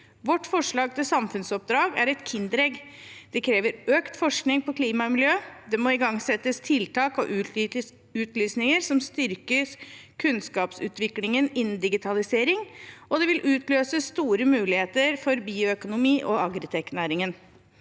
2023–2032 2023 funnsoppdrag er et kinderegg: Det krever økt forskning på klima og miljø, det må igangsettes tiltak og utlysninger som styrker kunnskapsutviklingen innen digitalisering, og det vil utløse store muligheter for bioøkonomi og agritechnæringen.